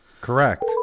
Correct